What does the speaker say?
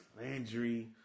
Landry